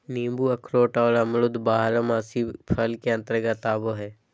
नींबू अखरोट आर अमरूद बारहमासी फसल के अंतर्गत आवय हय